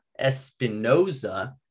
Espinoza